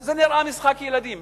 זה נראה משחק ילדים.